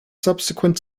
subsequent